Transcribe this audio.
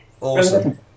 Awesome